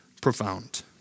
profound